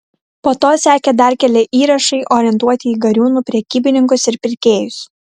po to sekė dar keli įrašai orientuoti į gariūnų prekybininkus ir pirkėjus